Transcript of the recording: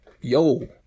yo